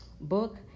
book